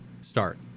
start